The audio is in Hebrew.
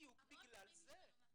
בדיוק בגלל זה.